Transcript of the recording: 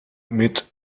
mit